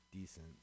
decent